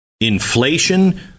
inflation